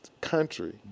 country